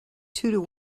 two